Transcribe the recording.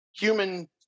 human